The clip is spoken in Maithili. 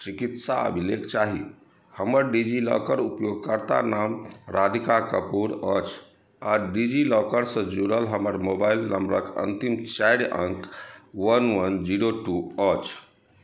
चिकित्सा अभिलेख चाही हमर डिजिलॉकर उपयोगकर्ता नाम राधिका कपूर अछि आओर डिजिलॉकरसँ जुड़ल हमर मोबाइल नम्बरके अन्तिम चारि अङ्क वन वन जीरो टू अछि